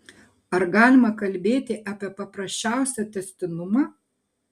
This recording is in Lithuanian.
ar galima kalbėti apie paprasčiausią tęstinumą